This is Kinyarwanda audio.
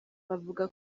bavuga